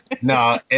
No